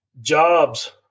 jobs